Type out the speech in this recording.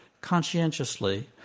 conscientiously